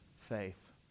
faith